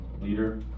leader